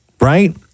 right